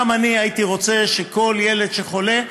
גם אני הייתי רוצה שכל ילד שחולה,